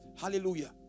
Hallelujah